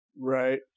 Right